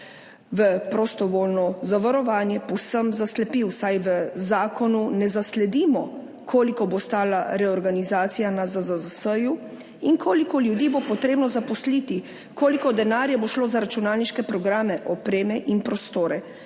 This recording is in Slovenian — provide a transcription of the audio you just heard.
v prostovoljno zavarovanje, povsem zaslepil, saj v zakonu ne zasledimo, koliko bo stala reorganizacija na ZZZS in koliko ljudi bo treba zaposliti, koliko denarja bo šlo za računalniške programe, opremo in prostore.